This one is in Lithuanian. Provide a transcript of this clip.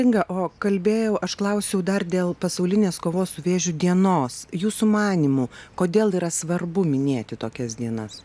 inga o kalbėjau aš klausiau dar dėl pasaulinės kovos su vėžiu dienos jūsų manymu kodėl yra svarbu minėti tokias dienas